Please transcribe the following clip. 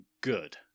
good